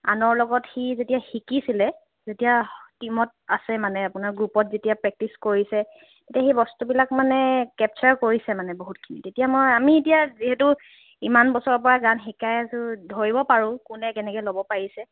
আনৰ লগত সি যেতিয়া শিকিছিলে তেতিয়া টীমত আছে মানে গ্ৰুপত যদি প্ৰেক্টিচ কৰিছে সেই বস্তুবিলাক মানে কেপচাৰ কৰিছে মানে বহুত তেতিয়া মই আমি ইয়াক যিহেতু ইমান বছৰৰ পৰা গান শিকাই আছোঁ ধৰিব পাৰোঁ কোনে কেনেকৈ ল'ব পাৰিছে